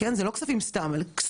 פנסיה ופיצויים,